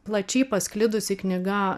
plačiai pasklidusi knyga